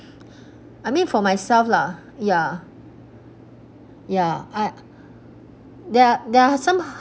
I mean for myself lah ya ya I there are there are some